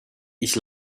ich